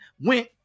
went